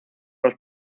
los